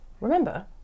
Remember